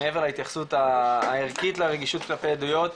מעבר להתייחסות הערכית והרגישות כלפי עדויות,